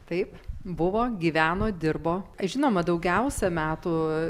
taip buvo gyveno dirbo žinoma daugiausia metų